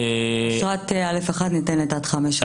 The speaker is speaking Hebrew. אשרת א'1 ניתנת עד חמש שנים.